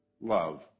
love